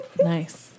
Nice